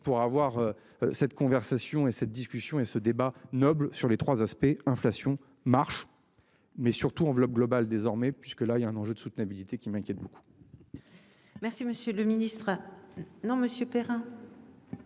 pour avoir cette conversation et cette discussion et ce débat noble sur les 3 aspects inflation marche. Mais surtout enveloppe globale désormais puisque là il y a un enjeu de soutenabilité qui m'inquiète beaucoup. Merci, monsieur le Ministre. Non monsieur Perrin.